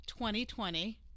2020